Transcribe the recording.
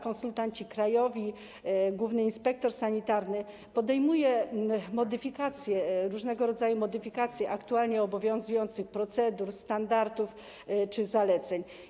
Konsultanci krajowi i główny inspektor sanitarny wprowadzają modyfikacje, różnego rodzaju modyfikacje aktualnie obowiązujących procedur, standardów czy zaleceń.